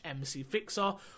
mcfixer